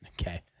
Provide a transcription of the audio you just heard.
Okay